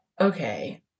okay